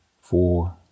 four